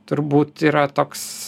turbūt yra toks